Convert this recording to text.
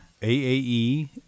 AAE